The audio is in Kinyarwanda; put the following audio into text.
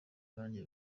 banjye